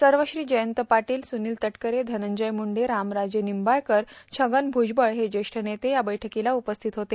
सर्वश्री जयंत पाटील स्नील तटकरे धनंजय मुंडे रामराजे निंबाळकर छगन भ्जबळ हे ज्येष्ठ नेते या बैठकीला उपस्थित होते